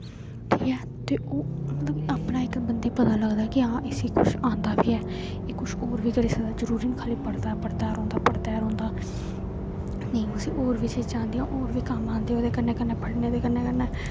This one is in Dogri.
ते ओह् मतलब अपना इक बंदे गी पता लगदा कि हां इसी कुछ आंदा बी नेई ऐ एह् कुछ और बी करी सकदा जरुरी नेई पढदा गै रौंहदा नेईं उसी और बी चीजां आंदिया ओह् बी कम्म आंदे कन्नै कन्नै पढ़ने दे कन्नै कन्नै